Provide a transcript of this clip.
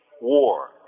War